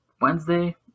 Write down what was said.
Wednesday